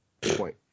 point